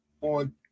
on